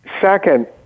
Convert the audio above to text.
Second